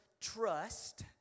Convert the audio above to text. trust